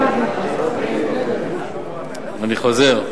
אני חוזר: